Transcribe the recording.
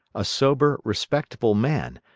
a sober, respectable man,